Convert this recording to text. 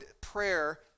prayer